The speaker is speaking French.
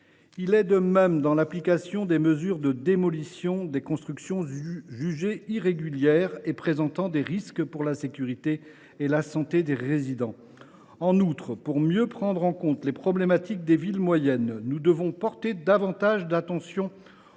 Il en va de même pour l’application des mesures de démolition des constructions jugées irrégulières et présentant des risques pour la sécurité et la santé des résidents. En outre, pour mieux prendre en compte les problématiques des villes moyennes, nous devons porter une plus grande attention aux